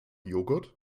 joghurt